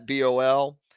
BOL